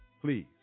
please